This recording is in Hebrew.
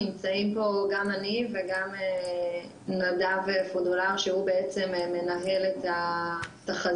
נמצאים פה גם אני וגם נדב פודולר שהוא מנהל את התחזיות